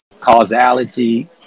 Causality